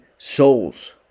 souls